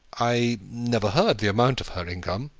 i never heard the amount of her income,